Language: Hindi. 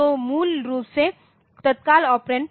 तो मूल रूप से तत्काल ऑपरेंड